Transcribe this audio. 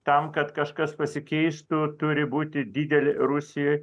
tam kad kažkas pasikeistų turi būti dideli rusijoj